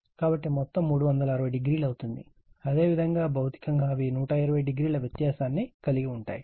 అదేవిధంగా a a b b మరియు c c ప్రాథమికంగా భౌతికంగా అవి 120o వ్యత్యాసాన్ని కలిగి ఉంటాయి